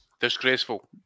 Disgraceful